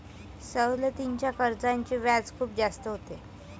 सवलतीच्या कर्जाचे व्याज खूप जास्त होते